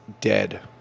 dead